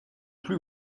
plus